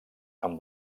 amb